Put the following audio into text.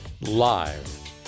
live